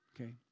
okay